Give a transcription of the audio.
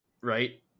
right